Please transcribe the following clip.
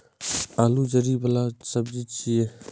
आलू जड़ि बला सब्जी छियै